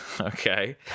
Okay